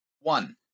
One